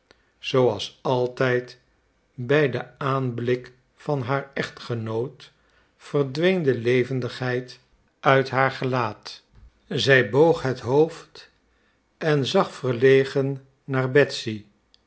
zooals altijd bij den aanblik van haar echtgenoot verdween de levendigheid uit haar gelaat zij boog het hoofd en zag verlegen naar betsy